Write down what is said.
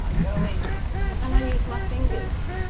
i go in and i use my fingers.